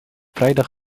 vrijdag